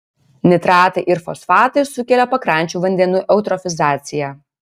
nitratai ir fosfatai sukelia pakrančių vandenų eutrofizaciją